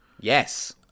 Yes